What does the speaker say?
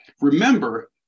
remember